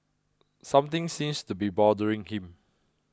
something seems to be bothering him